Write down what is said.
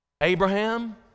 Abraham